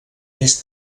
més